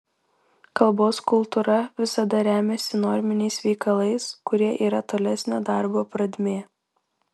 kalbos kultūra visada remiasi norminiais veikalais kurie yra tolesnio darbo pradmė